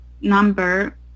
number